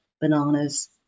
bananas